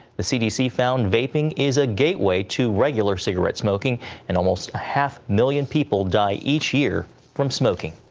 the cdc found vaping is a gateway to regular cigarette smoking and almost a half million people die each year from smoking.